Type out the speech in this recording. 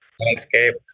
landscape